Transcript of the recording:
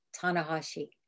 Tanahashi